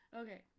okay